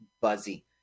Buzzy